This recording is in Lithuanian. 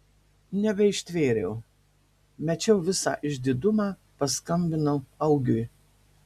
nebeištvėriau mečiau visą išdidumą paskambinau augiui